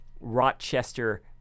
Rochester